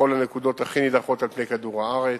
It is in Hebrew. בכל הנקודות הכי נידחות על-פני כדור הארץ.